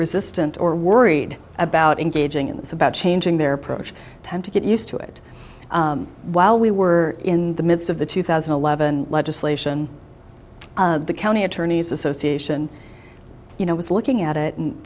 resistant or worried about engaging in this about changing their approach tend to get used to it while we were in the midst of the two thousand and eleven legislation the county attorney's association you know was looking at it and